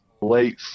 late